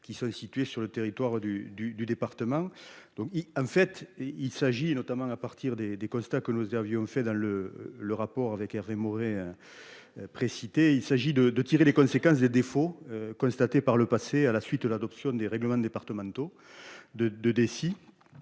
qui sont situés sur le territoire du du du département. Donc en fait il s'agit notamment à partir des des constats que nous servions fait dans le le rapport avec Hervé Maurey. Précité. Il s'agit de de tirer les conséquences des défauts constatés par le passé à la suite de l'adoption des règlements départementaux de de